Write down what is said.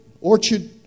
orchard